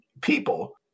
people